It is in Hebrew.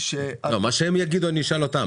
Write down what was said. --- מה שהם יגידו, אני אשאל אותם.